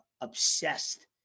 obsessed